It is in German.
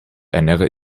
ernähre